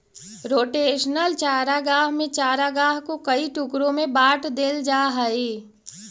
rotational चारागाह में चारागाह को कई टुकड़ों में बांट देल जा हई